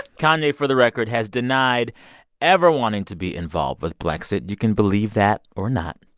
kanye, for the record, has denied ever wanting to be involved with blackxit. you can believe that or not.